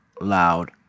loud